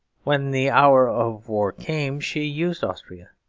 when the hour of war came she used austria,